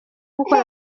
gukora